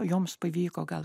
joms pavyko gal